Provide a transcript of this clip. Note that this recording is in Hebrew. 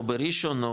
או בראשון,